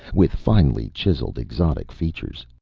with finely chiseled, exotic features.